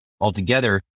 altogether